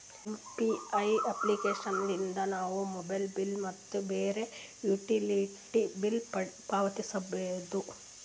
UPI application ಲಿದ್ದ ನಾವು mobile bill ಮತ್ತು ಬ್ಯಾರೆ ಯುಟಿಲಿಟಿ ಬಿಲ್ ಪಾವತಿಸಬೋದು